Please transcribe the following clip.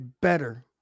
better